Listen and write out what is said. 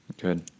Good